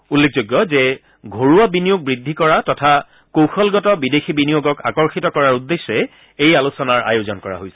উল্লেখযোগ্য যে ঘৰুৱা বিনিয়োগ বৃদ্ধি কৰা তথা কৌশলগত বিদেশী বিনিয়োগক আকৰ্ষিত কৰাৰ উদ্দেশ্যে এই আলোচনাৰ আয়োজন কৰা হৈছিল